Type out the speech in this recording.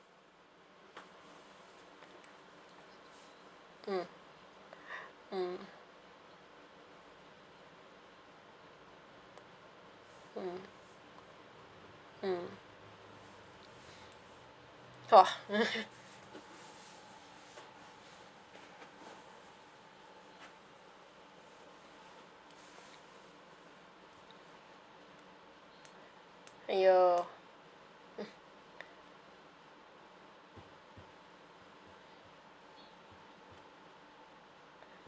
mm mm mm mm !wah! !aiyo!